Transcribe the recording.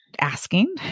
asking